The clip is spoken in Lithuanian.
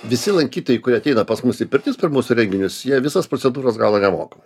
visi lankytojai kurie ateina pas mus į pirtis per mūsų renginius jie visas procedūras gauna nemokamai